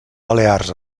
balears